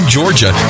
Georgia